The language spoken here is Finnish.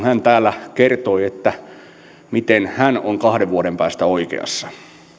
hän täällä kertoi miten hän on kahden vuoden päästä oikeassa